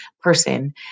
person